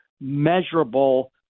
measurable